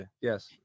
Yes